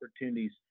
opportunities